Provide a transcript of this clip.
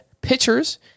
pitchers